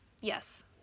yes